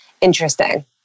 interesting